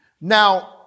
Now